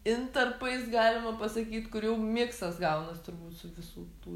intarpais galima pasakyt kur jau miksas gaunas turbūt su visų tų